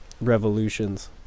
revolutions